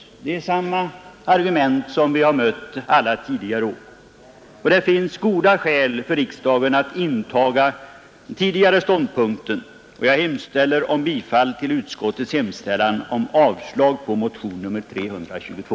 Argumenten är desamma som vi har mött alla tidigare år. Det finns därför goda skäl för riksdagen att inta samma ståndpunkt som tidigare. Herr talman! Jag yrkar bifall till utskottets hemställan om avslag på motionen 322.